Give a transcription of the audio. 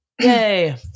Yay